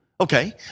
okay